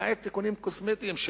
למעט תיקונים קוסמטיים,